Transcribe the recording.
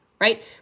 right